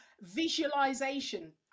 visualization